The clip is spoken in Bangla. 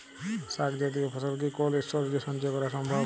শাক জাতীয় ফসল কি কোল্ড স্টোরেজে সঞ্চয় করা সম্ভব?